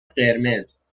قرمز